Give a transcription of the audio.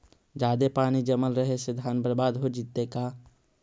जादे पानी जमल रहे से धान बर्बाद हो जितै का?